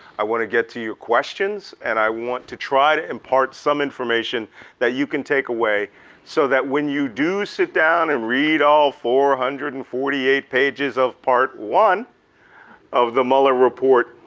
i want to get to your questions and i want to try to impart some information that you can take away so that when you do sit down and read all four hundred and forty eight pages of part one one of the mueller report,